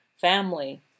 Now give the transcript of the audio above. family